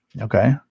Okay